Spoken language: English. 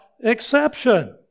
exception